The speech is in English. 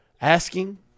Asking